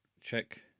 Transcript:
check